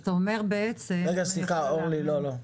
אתה אומר בעצם --- אורלי, לא.